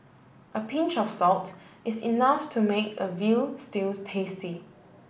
a pinch of salt is enough to make a veal stew tasty